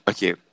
Okay